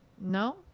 no